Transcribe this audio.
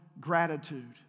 gratitude